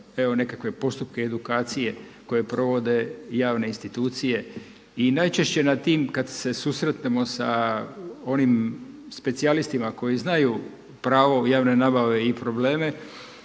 evo nekakve postupke edukacije koje provode javne institucije. I najčešće na tim kad se susretnemo sa onim specijalistima koji znaju pravo javne nabave i probleme